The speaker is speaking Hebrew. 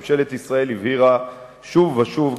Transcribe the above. ממשלת ישראל הבהירה שוב ושוב,